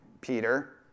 Peter